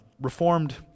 Reformed